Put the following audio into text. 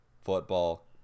football